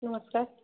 ନମସ୍କାର